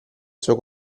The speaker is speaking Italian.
suo